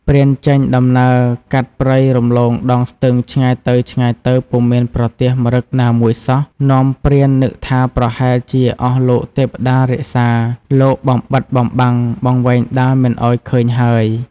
ព្រានចេញដំណើរ កាត់ព្រៃរំលងដងស្ទឹងឆ្ងាយទៅៗពុំមានប្រទះម្រឹគណាមួយសោះនាំព្រាននឹកថាប្រហែលជា អស់លោកទេព្តារក្សា លោកបំបិទបំបាំងបង្វែងដានមិនឱ្យឃើញហើយ។